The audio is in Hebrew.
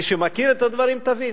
ומי שמכיר את הדברים, תבין.